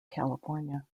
california